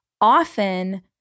often